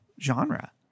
genre